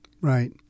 Right